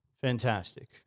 Fantastic